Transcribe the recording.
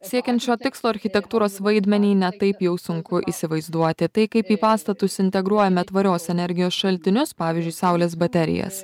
siekiant šio tikslo architektūros vaidmenį ne taip jau sunku įsivaizduoti tai kaip į pastatus integruojame tvarios energijos šaltinius pavyzdžiui saulės baterijas